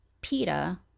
PETA